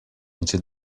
into